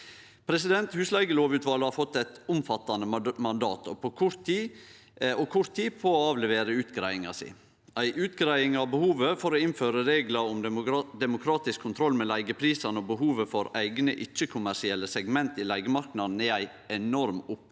butryggleik. Husleigelovutvalet har fått eit omfattande mandat og kort tid på å avlevere utgreiinga si. Ei utgreiing av behovet for å innføre reglar om demokratisk kontroll med leigeprisane og behovet for eigne ikkje-kommersielle segment i leigemarknaden er ei enorm oppgåve.